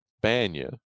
Banya